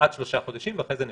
עד שלושה חודשים ואחרי זה נבטל.